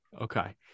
okay